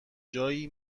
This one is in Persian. جایی